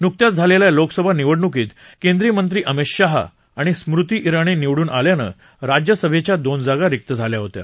नुकत्याच झालेल्या लोकसभा निवडणुकीत केंद्रीय मंत्री अमित शाह आणि स्मृती जिणी निवडून आल्यानं राज्यसभेच्या दोन जागा रिक्त झाल्या होत्या